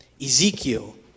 Ezekiel